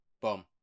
Boom